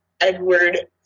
edward